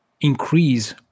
increase